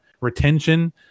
retention